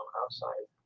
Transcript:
outside